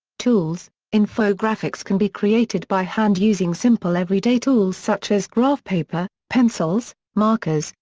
tools infographics can be created by hand using simple everyday tools such as graph paper, pencils, markers,